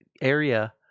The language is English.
Area